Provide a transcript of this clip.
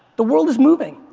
the world is moving.